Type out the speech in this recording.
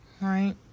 right